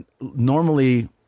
normally